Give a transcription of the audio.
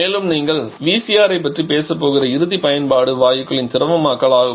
மேலும் நீங்கள் VCR ஐப் பற்றி பேசப் போகிற இறுதி பயன்பாடு வாயுக்களின் திரவமாக்கல் ஆகும்